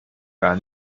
gar